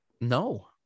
No